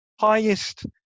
highest